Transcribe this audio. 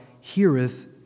heareth